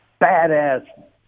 badass